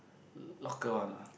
locker one ah